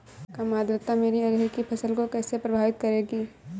कम आर्द्रता मेरी अरहर की फसल को कैसे प्रभावित करेगी?